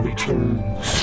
Returns